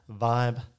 vibe